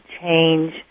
change